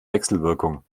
wechselwirkung